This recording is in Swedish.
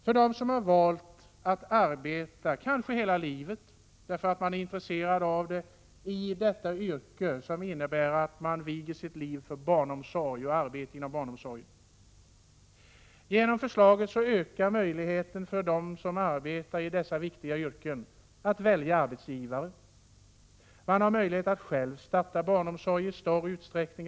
Möjligheterna ökar för dem som — kanske för hela livet, därför att de är intresserade av det — har valt att arbeta i detta yrke, som innebär att man viger sitt liv åt barn och arbete inom barnomsorg. Genom förslaget ökar möjligheten för dem som arbetar i dessa viktiga yrken att välja arbetsgivare. Man har möjlighet att i större utsträckning än i dag själv starta barnomsorg.